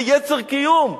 זה יצר קיום.